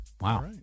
Wow